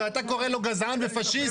ואתה קורא לו גזען ופשיסט?